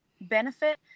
benefit